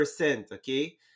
okay